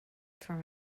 from